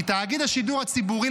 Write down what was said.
כי תאגיד השידור הציבורי,